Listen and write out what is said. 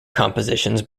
compositions